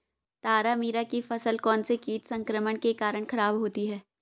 तारामीरा की फसल कौनसे कीट संक्रमण के कारण खराब होती है?